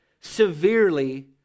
severely